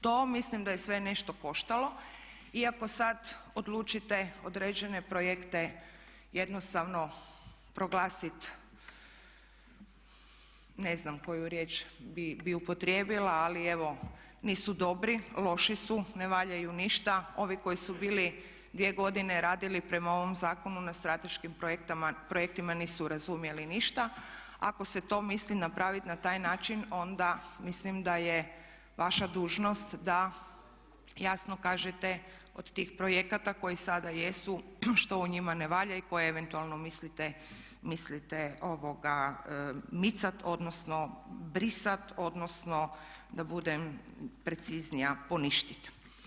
To mislim da je sve nešto koštalo iako sad odlučite određene projekte jednostavno proglasit ne znam koju riječ bi upotrijebila, ali evo nisu dobri, loši su, ne valjaju ništa, ovi koji su bili dvije godine radili prema ovom zakonu na strateškim projektima nisu razumjeli ništa, ako se to misli napraviti na taj način onda mislim da je vaša dužnost da jasno kažete od tih projekata koji sada jesu što u njima ne valja i koje eventualno mislite micat odnosno brisat, odnosno da budem preciznija poništit.